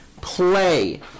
Play